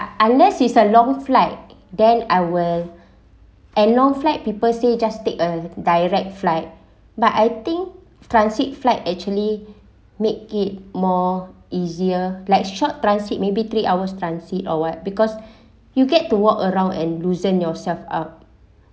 unless is a long flight then I will and long flight people say you just take a direct flight but I think transit flight actually make it more easier black short transit maybe three hours transit or what because you get to walk around and loosen yourself up